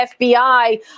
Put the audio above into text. FBI